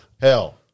Hell